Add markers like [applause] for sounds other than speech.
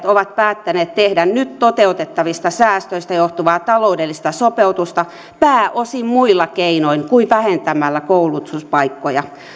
[unintelligible] ovat päättäneet tehdä nyt toteutettavista säästöistä johtuvaa taloudellista sopeutusta pääosin muilla keinoin kuin vähentämällä koulutuspaikkoja